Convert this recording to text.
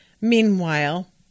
Meanwhile